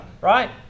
right